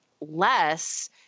less